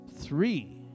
Three